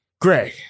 Greg